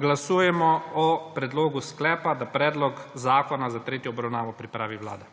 Glasujemo o predlogu sklepa, da predlog zakona za tretjo obravnavo pripravi Vlada.